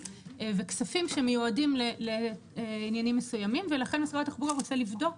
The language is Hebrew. וכספים שמיועדים לעניינים מסוימים ולכן משרד התחבורה רוצה לבדוק